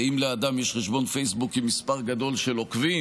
אם לאדם יש חשבון פייסבוק עם מספר גדול של עוקבים,